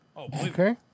Okay